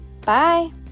Bye